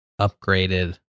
upgraded